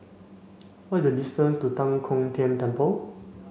what is the distance to Tan Kong Tian Temple